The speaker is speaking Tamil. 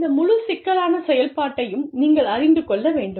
இந்த முழு சிக்கலான செயல்பாட்டையும் நீங்கள் அறிந்து கொள்ள வேண்டும்